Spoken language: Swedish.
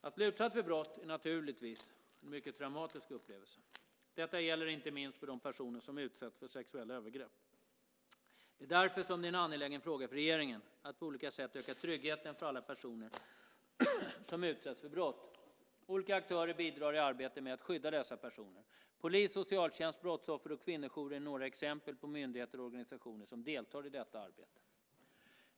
Att bli utsatt för brott är naturligtvis en mycket traumatisk upplevelse. Detta gäller inte minst för de personer som utsätts för sexuella övergrepp. Det är därför som det är en angelägen fråga för regeringen att på olika sätt öka tryggheten för alla personer som utsätts för brott. Olika aktörer bidrar i arbetet med att skydda dessa personer. Polis, socialtjänst, brottsoffer och kvinnojourer är några exempel på myndigheter och organisationer som deltar i detta arbete.